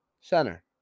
center